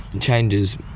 changes